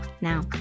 now